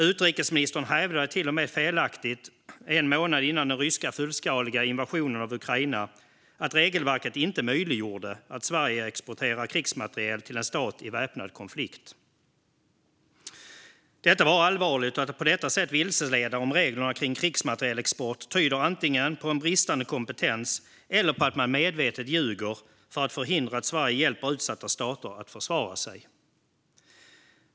Utrikesministern hävdade till och med felaktigt, en månad före den ryska fullskaliga invasionen av Ukraina, att regelverket inte möjliggör att Sverige exporterar krigsmateriel till en stat i väpnad konflikt. Detta var allvarligt. Att man på detta sätt vilseleder om reglerna för krigsmaterielexport tyder antingen på en bristande kompetens eller på att man medvetet ljuger för att förhindra att Sverige hjälper utsatta stater att försvara sig.